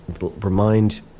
Remind